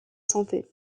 santé